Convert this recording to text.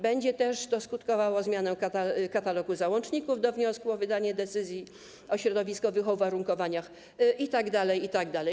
Będzie też to skutkowało zmianą katalogu załączników do wniosku o wydanie decyzji o środowiskowych uwarunkowaniach itd., itd.